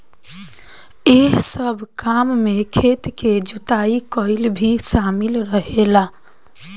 एह सब काम में खेत के जुताई कईल भी शामिल रहेला